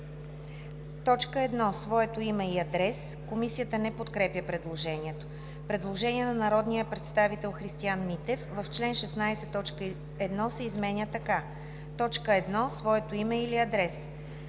„1. своето име и адрес.“ Комисията не подкрепя предложението. Предложение на народния представител Христиан Митев. В чл.16 т. 1 се изменя така: „1. своето име или адрес.“